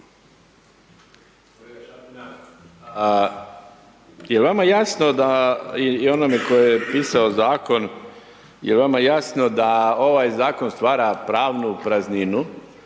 jel vama jasno da ovaj zakon stvara pravnu prazninu